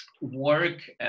work